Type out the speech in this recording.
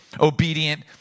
obedient